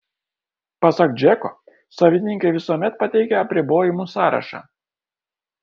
pasak džeko savininkai visuomet pateikia apribojimų sąrašą